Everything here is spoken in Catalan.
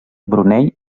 brunei